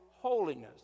holiness